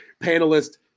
panelist